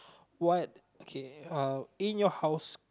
what okay uh in your house